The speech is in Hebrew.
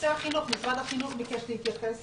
משרד החינוך ביקש להתייחס